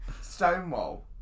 Stonewall